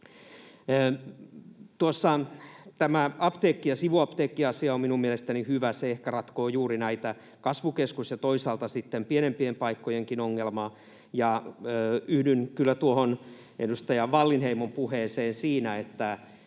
tämä apteekki- ja sivuapteekkiasia on minun mielestäni hyvä. Se ehkä ratkoo juuri kasvukeskusten ja toisaalta sitten pienempienkin paikkojen ongelmaa, ja yhdyn tuohon edustaja Wallinheimon puheeseen siinä, että